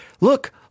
look